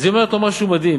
אז היא אומרת לו משהו מדהים.